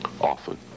Often